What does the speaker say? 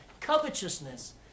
Covetousness